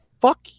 fuck